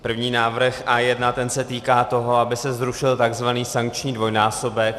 První návrh A1 se týká toho, aby se zrušil tzv. sankční dvojnásobek.